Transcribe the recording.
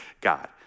God